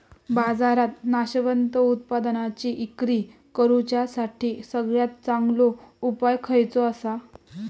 बाजारात नाशवंत उत्पादनांची इक्री करुच्यासाठी सगळ्यात चांगलो उपाय खयचो आसा?